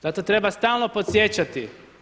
Zato treba stalno podsjećati.